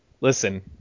Listen